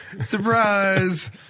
surprise